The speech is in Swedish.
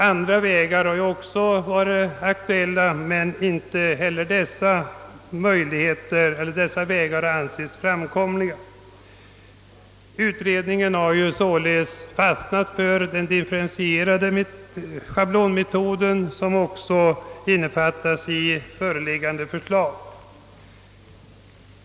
Andra vägar har också varit aktuella, men inte heller dessa har ansetts framkomliga. Utredningen har således fastnat för den differentierade schablonmetoden som också innefattas i föreliggande förslag.